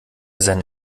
seinen